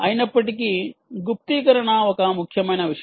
అయినప్పటికీ గుప్తీకరణ ఒక ముఖ్యమైన విషయం